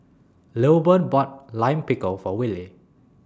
Lilburn bought Lime Pickle For Willy